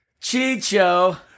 Chicho